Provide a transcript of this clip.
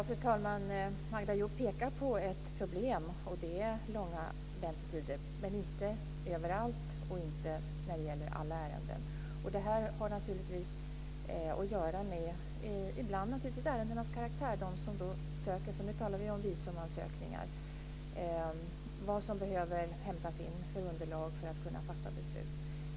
Fru talman! Magda Ayoub pekar på ett problem. Det är långa väntetider, men inte överallt och inte när det gäller alla ärenden. Det har naturligtvis ibland att göra med ärendenas karaktär. Vi talar ju om visumansökningar. Det kan bero på vilket underlag som behöver hämtas in för att man ska kunna fatta beslut.